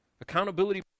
Accountability